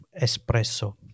Espresso